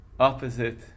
opposite